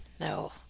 No